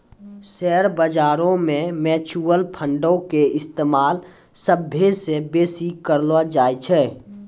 share बजारो मे mutual फंडो के इस्तेमाल सभ्भे से बेसी करलो जाय छै